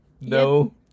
no